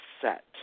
set